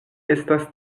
estas